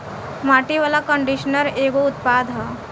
माटी वाला कंडीशनर एगो उत्पाद ह